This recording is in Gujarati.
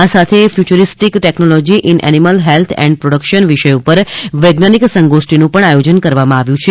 આ સાથે જ futuristic technology in animal health and production વિષય પર વૈજ્ઞાનિક સંગોષ્ઠિનુ પણ આયોજન કરવામાં આવ્યુ છે